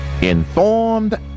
informed